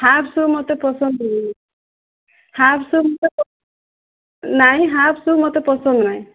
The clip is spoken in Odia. ହାଫ୍ ସୁ ମୋତେ ପସନ୍ଦ ନୁହଁ ହାଫ୍ ସୁ ମୋତେ ନାଇଁ ହାଫ୍ ସୁ ମୋତେ ପସନ୍ଦ ନାହିଁ